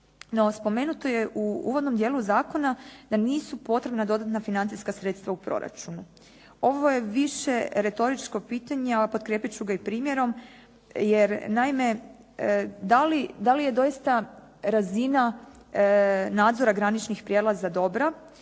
spomenuto je u uvodnom dijelu zakona da nisu potrebna dodatna financijska sredstva u proračunu. Ovo je više retoričko pitanje, ali potkrijepit ću ga i primjerom jer naime da li je doista razina nadzora graničnih prijelaza dobra